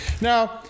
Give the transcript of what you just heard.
Now